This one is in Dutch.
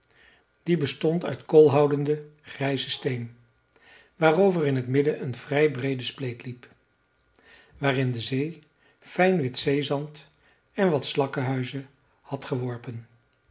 die bestond uit koolhoudenden grijzen steen waarover in t midden een vrij breede spleet liep waarin de zee fijn wit zeezand en wat slakkenhuizen had geworpen